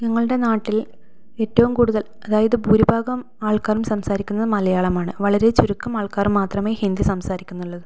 ഞങ്ങളുടെ നാട്ടിൽ ഏറ്റവും കൂടുതൽ അതായത് ഭൂരിഭാഗം ആൾക്കാരും സംസാരിക്കുന്നത് മലയാളമാണ് വളരെ ചുരുക്കം ആൾക്കാർ മാത്രമേ ഹിന്ദി സംസാരിക്കുന്നുള്ളൂ